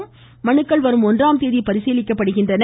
வேட்புமனுக்கள் வரும் ஒன்றாம் தேதி பரிசீலிக்கப்படுகின்றன